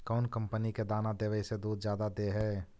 कौन कंपनी के दाना देबए से दुध जादा दे है?